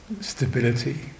stability